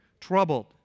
Troubled